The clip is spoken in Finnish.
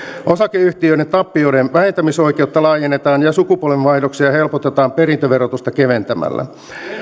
osakeyhtiöiden tappioiden vähentämisoikeutta laajennetaan ja sukupolvenvaihdoksia helpotetaan perintöverotusta keventämällä